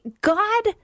God